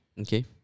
Okay